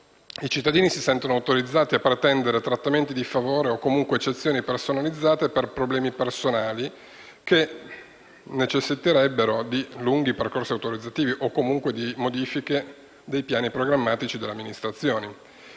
I cittadini si sentono autorizzati a pretendere trattamenti di favore o comunque eccezioni personalizzate per problemi personali che necessiterebbero di lunghi percorsi autorizzativi o comunque di modifiche dei piani programmatici dell'amministrazione,